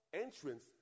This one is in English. Entrance